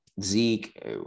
zeke